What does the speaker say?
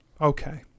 okay